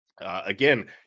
Again